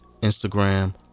Instagram